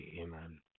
Amen